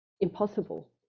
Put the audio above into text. Impossible